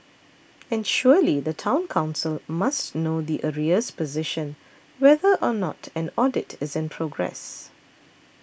and surely the Town Council must know the arrears position whether or not an audit is in progress